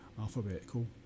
alphabetical